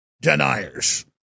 deniers